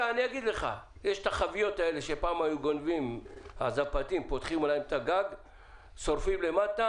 אתה לא רוצה להגיד לי שהוא יעמיד על בניין שלם או על מפעל.